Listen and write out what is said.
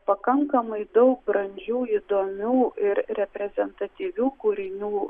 pakankamai daug brandžių įdomių ir reprezentatyvių kūrinių